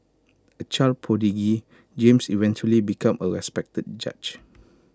A child prodigy James eventually became A respected judge